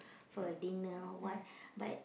for a dinner or what but